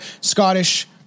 Scottish